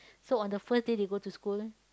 so on the first day they go to school